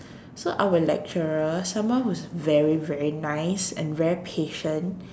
so our lecturer someone who's very very nice and very patient